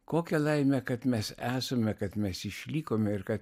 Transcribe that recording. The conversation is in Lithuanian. kokia laimė kad mes esame kad mes išlikome ir kad